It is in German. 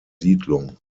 siedlung